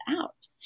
out